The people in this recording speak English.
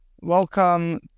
Welcome